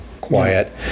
quiet